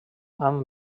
han